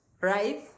right